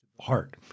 heart